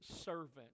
servant